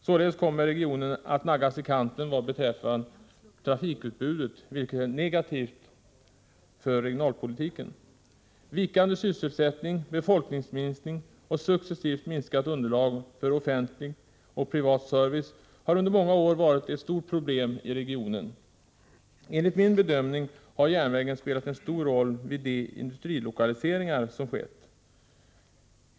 Således kommer regionen att naggas i kanten vad beträffar trafikutbudet, vilket är negativt för regionalpolitiken. Vikande sysselsättning, befolkningsminskning och successivt minskat underlag för offentlig och privat service har under många år varit ett stort problem i regionen. Enligt min bedömning har järnvägen spelat en stor roll vid de industrilokaliseringar som skett.